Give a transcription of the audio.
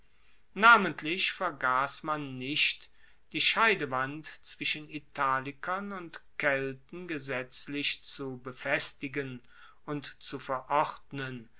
namentlich vergass man nicht die scheidewand zwischen italikern und kelten gesetzlich zu befestigen und zu